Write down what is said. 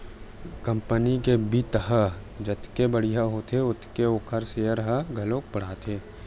company के बित्त ह जतके बड़िहा होथे ओतके ओखर सेयर ह घलोक बाड़थे